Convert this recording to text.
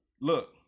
look